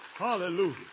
Hallelujah